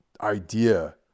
idea